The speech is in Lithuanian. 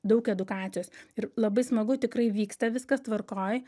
daug edukacijos ir labai smagu tikrai vyksta viskas tvarkoj